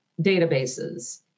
databases